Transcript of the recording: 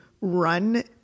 run